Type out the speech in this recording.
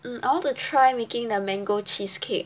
I want to try making the mango cheesecake